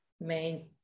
main